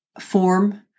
form